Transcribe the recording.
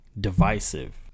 divisive